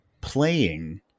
playing